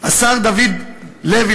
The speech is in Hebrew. השר דוד לוי,